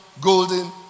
golden